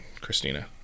Christina